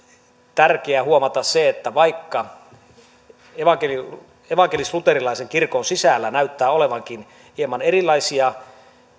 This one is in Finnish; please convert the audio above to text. tärkeää huomata se että vaikka evankelisluterilaisen evankelisluterilaisen kirkon sisällä näyttää olevankin hieman erilaisia